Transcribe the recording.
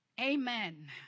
Amen